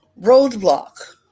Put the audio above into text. roadblock